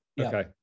okay